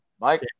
Mike